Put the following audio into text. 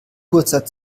kurzer